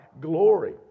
glory